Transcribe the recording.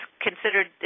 considered